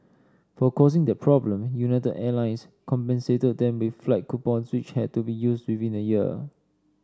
for causing that problem United Airlines compensated them with flight coupon which had to be used within a year